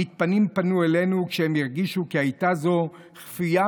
המתפנים פנו אלינו כשהם הרגישו כי זו כפייה